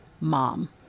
mom